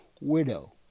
widow